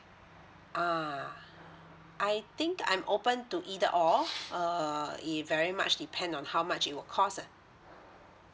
uh I think I'm open to either or err it very much depend on how much it will cost lah